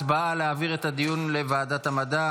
הצבעה על להעביר את הדיון לוועדת המדע.